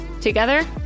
Together